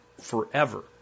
forever